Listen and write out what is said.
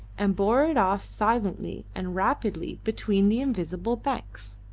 and bore it off silently and rapidly between the invisible banks.